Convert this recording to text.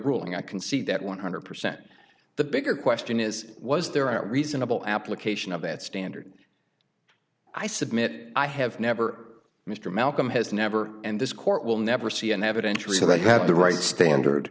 ruling i concede that one hundred percent the bigger question is was there are reasonable application of that standard i submit i have never mr malcolm has never and this court will never see an evidentiary so they have the right standard